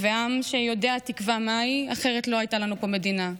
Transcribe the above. ועם שיודע תקווה מהי, אחרת לא הייתה לנו פה מדינה.